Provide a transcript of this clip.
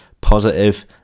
positive